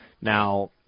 Now